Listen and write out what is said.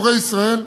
מורי ישראל.